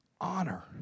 Honor